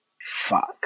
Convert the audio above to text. Fuck